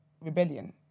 rebellion